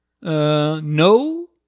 No